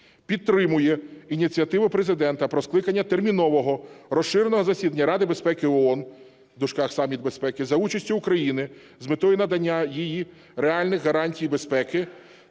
Підтримує ініціативу Президента про скликання термінового розширеного засідання Ради безпеки ООН (Саміт безпеки) за участю України, з метою надання їй реальних гарантій безпеки